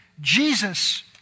Jesus